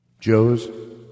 Joe's